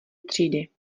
třídy